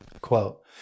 Quote